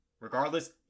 Regardless